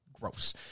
gross